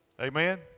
amen